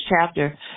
chapter